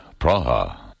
Praha